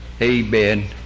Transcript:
Amen